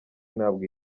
ntabwo